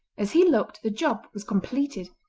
as he looked the job was completed,